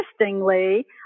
Interestingly